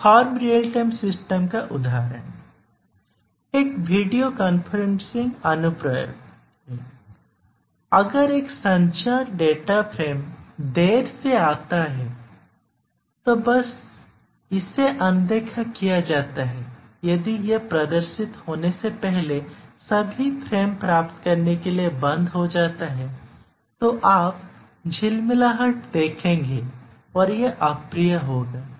एक firm real time system का उदाहरण एक वीडियो कॉन्फ्रेंसिंग अनुप्रयोगहैअगर एक संचार डेटा फ़्रेम देर से आता है तो बस इसे अनदेखा किया जाता है यदि यह प्रदर्शित होने से पहले सभी फ़्रेम प्राप्त करने के लिए बंद हो जाता है तो आप झिलमिलाहट देखेंगे और यह अप्रिय होगा